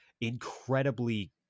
incredibly